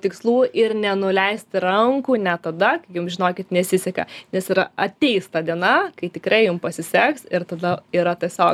tikslų ir nenuleisti rankų net tada kai jum žinokit nesiseka nes yra ateis ta diena kai tikrai jum pasiseks ir tada yra tiesiog